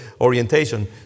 orientation